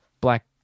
black